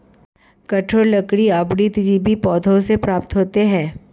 कठोर लकड़ी आवृतबीजी पौधों से प्राप्त होते हैं